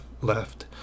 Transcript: left